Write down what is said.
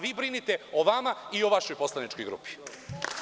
Vi brinite o vama i o vašoj poslaničkoj grupi.